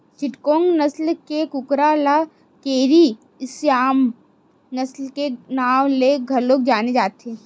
चिटगोंग नसल के कुकरा ल केरी स्यामा नसल के नांव ले घलो जाने जाथे